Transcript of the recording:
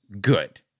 good